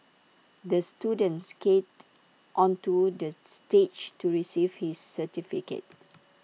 the student skated onto the stage to receive his certificate